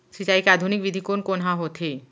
सिंचाई के आधुनिक विधि कोन कोन ह होथे?